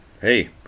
hey